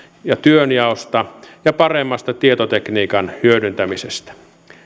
ja työnjaosta ja paremmasta tietotekniikan hyödyntämisestä